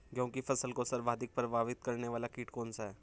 गेहूँ की फसल को सर्वाधिक प्रभावित करने वाला कीट कौनसा है?